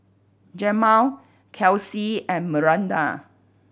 Jemal Kelcie and Miranda